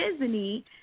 disney